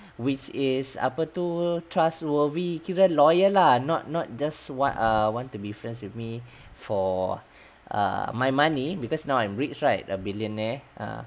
which is apa tu trustworthy keep them loyal lah not not just what err want to be friends with me for err my money because now I'm rich right a billionaire ah